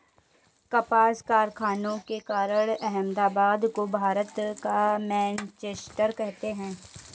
कपास कारखानों के कारण अहमदाबाद को भारत का मैनचेस्टर कहते हैं